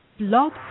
Blog